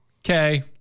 okay